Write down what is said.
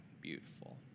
beautiful